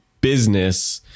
business